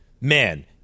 man